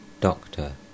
Doctor